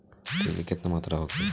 तेल के केतना मात्रा होखे?